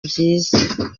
byiza